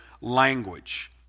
language